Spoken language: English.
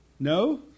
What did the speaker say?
No